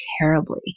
terribly